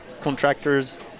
contractors